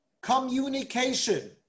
communication